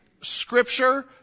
scripture